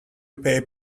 pay